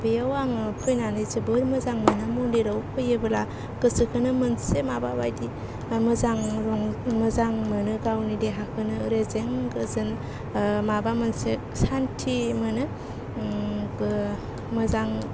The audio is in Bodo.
बेयाव आङो फैनानै जोबोर मोजां मोनो मन्दिराव फैयोब्ला गोसोखौनो मोनसे माबा बायदि मोजां मोजां मोनो गावनि देहाखौनो रेजें गोजोन माबा मोनसे सान्थि मोनो मोजां